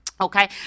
okay